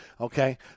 okay